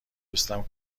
دوستم